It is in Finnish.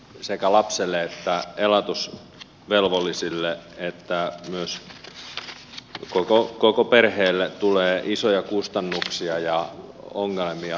sekä lapselle että elatusvelvolliselle että myös koko perheelle isoja kustannuksia ja ongelmia